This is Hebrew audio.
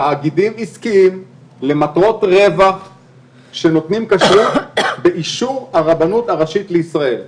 תאגידים עסקיים למטרות רווח שנותנים כשרות באישור הרבנות הראשית לישראל.